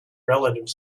relative